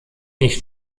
nicht